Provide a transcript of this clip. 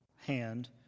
hand